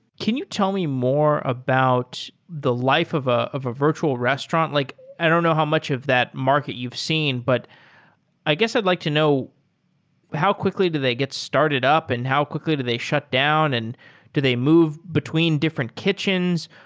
can you tell me more about the life of ah of a virtual restaurant? like i don't know how much of that market you've seen, but i guess i'd like to know how quickly do they get started up and how quickly do they shut down? and do they move between different kitchens?